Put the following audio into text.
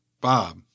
Bob